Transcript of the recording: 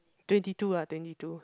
twenty two lah twenty two